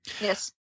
Yes